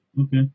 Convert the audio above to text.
Okay